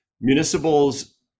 Municipals